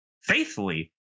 faithfully